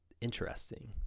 interesting